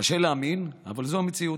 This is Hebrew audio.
קשה להאמין, אבל זו המציאות: